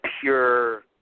pure